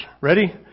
Ready